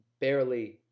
barely